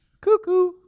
cuckoo